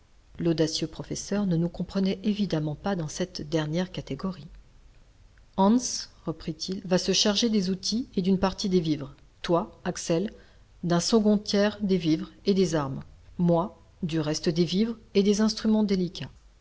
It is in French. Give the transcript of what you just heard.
l'audacieux professeur ne nous comprenait évidemment pas dans cette dernière catégorie hans reprit-il va se charger des outils et d'une partie des vivres toi axel d'un second tiers des vivres et des armes moi du reste des vivres et des instruments délicats